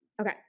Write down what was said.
Okay